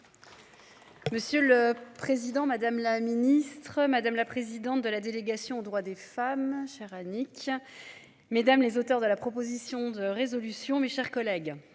Monsieur le président, madame la ministre, madame la présidente de la délégation aux droits des femmes cher Annick. Mesdames les auteurs de la proposition de résolution, mes chers collègues,